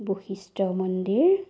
বশিষ্ট মন্দিৰ